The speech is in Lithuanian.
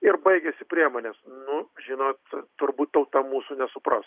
ir baigiasi priemonės nu žinot turbūt tauta mūsų nesupras